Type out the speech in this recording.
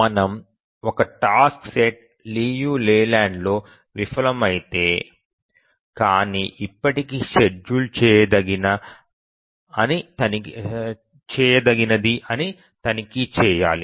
మనము ఒక task set లియు లేలాండ్లో విఫలమైతే కానీ ఇప్పటికీ షెడ్యూల్ చేయదగినది అని తనిఖీ చేయాలి